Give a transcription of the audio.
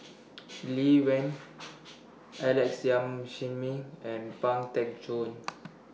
Lee Wen Alex Yam Ziming and Pang Teck Joon